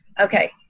Okay